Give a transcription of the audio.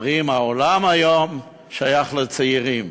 אומרים: העולם היום שייך לצעירים.